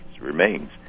remains